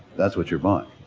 that's what you're buying.